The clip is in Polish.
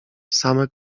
same